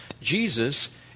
Jesus